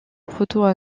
proto